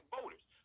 voters